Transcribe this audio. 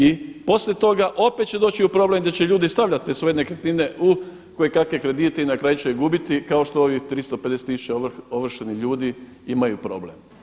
I poslije toga opet će doći u problem gdje će ljudi stavljati te svoje nekretnine u koje kakve kredite i na kraju će gubiti kao što ovih 350 tisuća ovršenih ljudi imaju problem.